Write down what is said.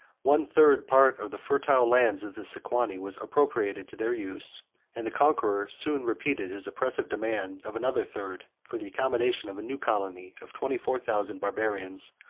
one third part of the fertile lands of the sequani was appropriated to their use and the conqueror soon repeated his oppressive demand of another third, for the accommodation of a new colony of twenty-four thousand barbarians,